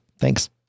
Thanks